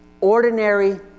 ordinary